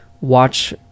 watch